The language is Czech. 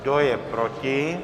Kdo je proti?